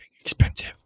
expensive